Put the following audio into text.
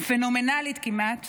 פנומנלית כמעט